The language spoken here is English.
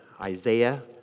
Isaiah